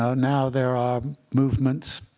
now now there are movements